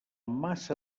massa